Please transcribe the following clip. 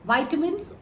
Vitamins